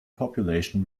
population